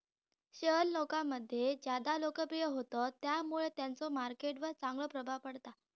share लोकांमध्ये ज्यादा लोकप्रिय होतत त्यामुळे त्यांचो मार्केट वर चांगलो प्रभाव पडता